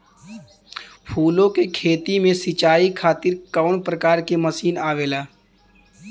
फूलो के खेती में सीचाई खातीर कवन प्रकार के मशीन आवेला?